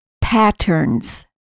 patterns